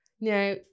now